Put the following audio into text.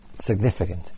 significant